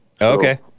Okay